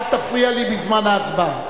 אל תפריע לי בזמן ההצבעה.